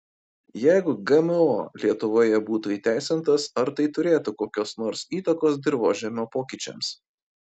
jeigu gmo lietuvoje būtų įteisintas ar tai turėtų kokios nors įtakos dirvožemio pokyčiams